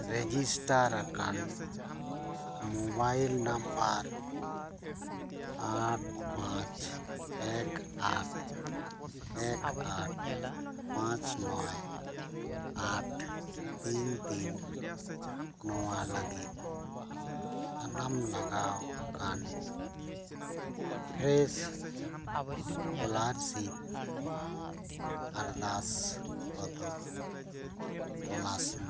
register ᱟᱠᱟᱱ mobile number ᱟᱴ ᱯᱟᱸᱪ ᱮᱠ ᱟᱴ ᱮᱠ ᱟᱴ ᱯᱟᱸᱪ ᱱᱚᱭ ᱟᱴ ᱛᱤᱱ ᱛᱤᱱ ᱱᱚᱣᱟ ᱞᱟᱹᱜᱤᱫ ᱥᱟᱱᱟᱢ ᱞᱟᱜᱟᱣ ᱟᱠᱟᱱ ᱯᱷᱨᱮᱥ ᱥᱠᱚᱞᱟᱨᱥᱤᱯ ᱟᱨᱫᱟᱥ ᱠᱚᱫᱚ ᱛᱚᱞᱟᱥ ᱢᱮ